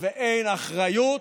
ואין אחריות,